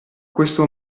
questo